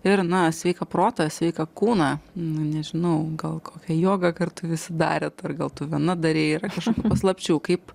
ir na sveiką protą sveiką kūną nu nežinau gal kokią jogą kartu visi darėt ar gal tu viena darei yra kažkokių paslapčių kaip